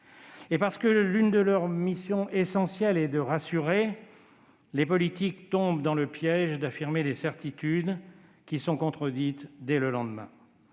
Et parce que l'une de leurs missions essentielles est de rassurer, les politiques tombent dans le piège consistant à affirmer des certitudes, contredites dès le lendemain.